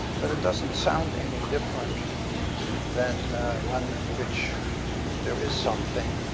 but it doesn't sound any different than one and which there is something.